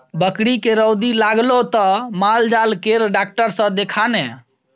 बकरीके रौदी लागलौ त माल जाल केर डाक्टर सँ देखा ने